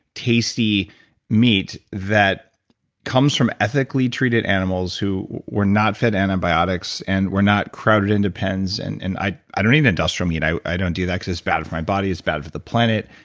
tasty meat that comes from ethically treated animals who were not fed antibiotics and were not crowded in to pens. and and i i don't eat industrial meat. i i don't do that because it's bad for my body, it's bad for the planet.